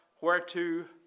whereto